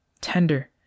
tender